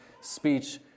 speech